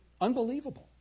Unbelievable